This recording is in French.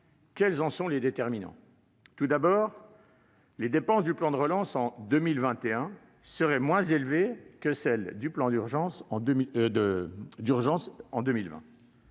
Quels en sont les déterminants ? Tout d'abord, les dépenses du plan de relance en 2021 seraient moins élevées que celles du plan d'urgence en 2020.